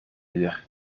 uur